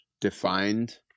defined